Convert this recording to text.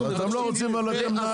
אתם לא רוצים אבל אתם מנהלים,